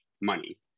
money